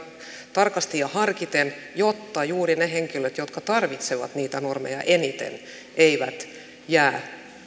tarkasti ja harkiten jotta juuri ne henkilöt jotka tarvitsevat niitä normeja eniten eivät jää